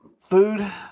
food